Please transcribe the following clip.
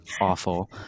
awful